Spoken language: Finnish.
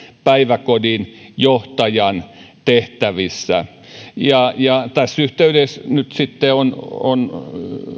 päiväkodin johtajan tehtävissä tässä yhteydessä nyt sitten on on